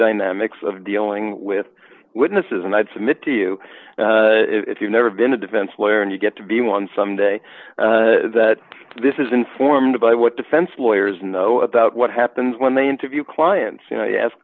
dynamics of dealing with witnesses and i'd submit to you if you've never been a defense lawyer and you get to be one someday that this is informed by what defense lawyers know about what happens when they interview clients you know you ask